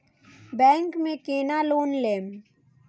Bank में केना loan लेम?